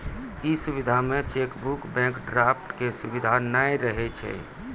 इ सुविधा मे चेकबुक, बैंक ड्राफ्ट के सुविधा नै रहै छै